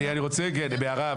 אני רוצה רגע הערה,